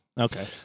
Okay